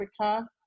Africa